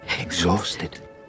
exhausted